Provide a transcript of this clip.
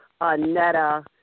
Netta